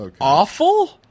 awful